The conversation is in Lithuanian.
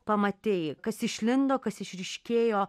pamatei kas išlindo kas išryškėjo